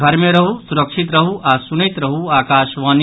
घर मे रहू सुरक्षित रहू आ सुनैत रहू आकाशवाणी